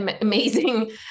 Amazing